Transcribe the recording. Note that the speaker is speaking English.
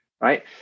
right